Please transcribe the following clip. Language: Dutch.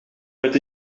met